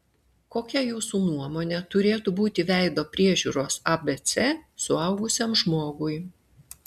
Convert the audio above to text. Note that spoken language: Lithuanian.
kokia jūsų nuomone turėtų būti veido priežiūros abc suaugusiam žmogui